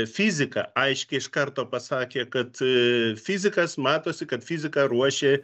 fizika aiškiai iš karto pasakė kad fizikas matosi kad fiziką ruošė